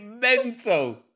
mental